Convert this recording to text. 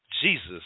Jesus